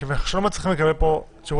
מכיוון שאנחנו לא מצליחים לקבל פה תשובות